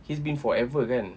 he's been forever kan